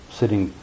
sitting